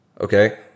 okay